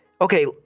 Okay